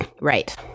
Right